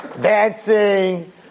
Dancing